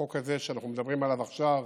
החוק הזה שאנחנו מדברים עליו עכשיו